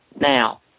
now